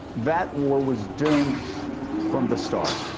that war was doomed from the start.